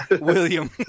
William